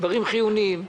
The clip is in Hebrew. דברים חיוניים,